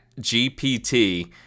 GPT